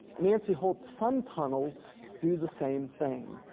nancy holt's sun tunnels do the same thing.